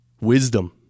wisdom